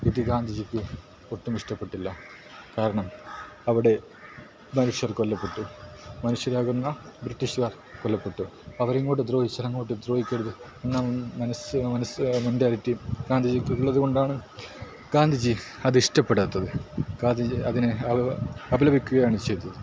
ഇത് ഗാന്ധിജിക്ക് ഒട്ടും ഇഷ്ടപ്പെട്ടില്ല കാരണം അവിടെ മനുഷ്യർ കൊല്ലപ്പെട്ടു മനുഷ്യരാകുന്ന ബ്രിട്ടീഷുകാർ കൊല്ലപ്പെട്ടു അവരിങ്ങോട്ട് ദ്രോഹിച്ചാലങ്ങോട്ട് ദ്രോഹിക്കരുത് എന്ന മനസ്സ് മനസ്സിൻ്റെ മെൻറ്റാലിറ്റി ഗാന്ധിജിക്കുള്ളത് കൊണ്ടാണ് ഗാന്ധിജി അതിഷ്ടപ്പെടാത്തത് ഗാന്ധിജി അതിനെ അപലപിക്കുകയാണ് ചെയ്തത്